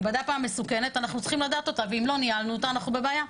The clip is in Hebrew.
ובדפא המסוכנת אנחנו צריכים לדעת אותה ואם לא ניהלנו אותה אנחנו בבעיה.